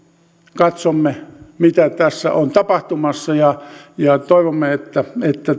katsomme mitä tässä on tapahtumassa ja ja toivomme että